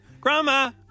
Grandma